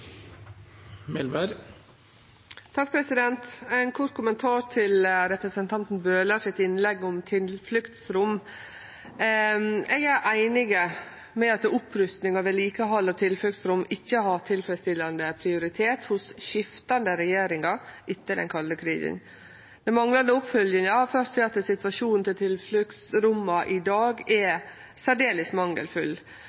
Melvær har hatt ordet to ganger tidligere og får ordet til en kort merknad, begrenset til 1 minutt. Eg har ein kort kommentar til representanten Bøhlers innlegg om tilfluktsrom. Eg er einig i at opprusting og vedlikehald av tilfluktsrom ikkje har hatt tilfredsstillande prioritet hos skiftande regjeringar etter den kalde krigen. Den manglande oppfølginga har ført til at